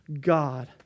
God